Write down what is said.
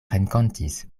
renkontis